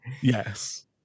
Yes